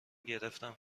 گرفتم